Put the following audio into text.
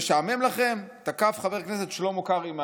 משעמם לכם?" תקף חבר הכנסת שלמה קרעי מהליכוד.